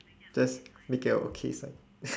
just make it a okay sign